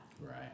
Right